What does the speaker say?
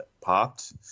popped